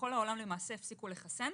ובכל העולם הפסיקו לחסן.